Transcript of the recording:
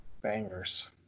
Bangers